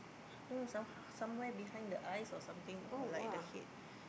no no some somewhere behind the eyes or something or like the head